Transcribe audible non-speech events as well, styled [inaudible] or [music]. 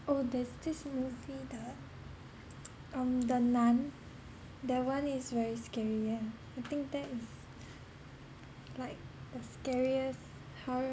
oh there's this movie the [noise] um the nun that one is very scary yeah I think that is like the scariest horror